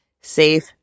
Safe